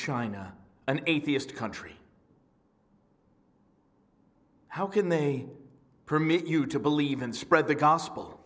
china an atheist country how can they permit you to believe and spread the gospel